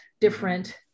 different